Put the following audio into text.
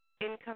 income